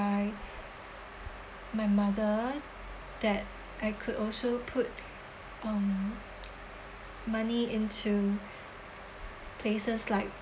by my mother that I could also put um money into places like